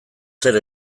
zer